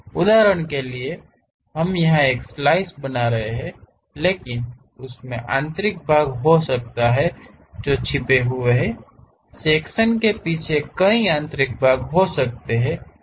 उदाहरण के लिए हम यहां एक स्लाइस बना रहे हैं लेकिन उसमे आंतरिक भाग हो सकते हैं जो छिपे हुए हैं सेक्शन के पीछे कहीं आंतरिक भाग हो सकते हैं